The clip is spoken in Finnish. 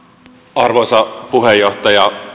arvoisa puheenjohtaja